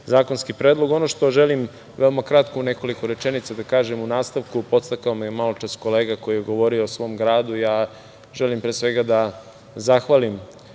zakonski predlog. Ono što želim, veoma kratko, u nekoliko rečenica da kažem u nastavku, podstakao me je malo čas kolega koji je govorio o svom gradu. Želim pre svega da zahvalim